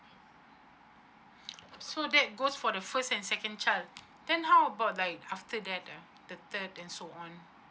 so that goes for the first and second child then how about like after that ah the third and so on